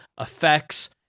effects